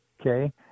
Okay